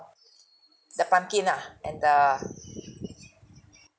the pumpkin ah and the